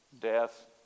death